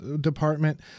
department